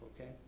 Okay